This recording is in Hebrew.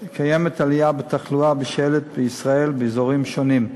3. קיימת עלייה בתחלואה בשעלת בישראל באזורים שונים.